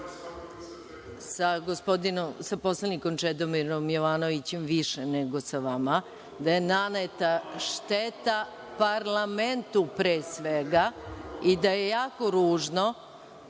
poslanikom Čedomirom Jovanovićem više nego sa vama, da je naneta šteta parlamentu pre svega i da je jako ružno